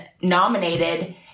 nominated